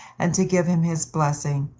and to give him his blessing.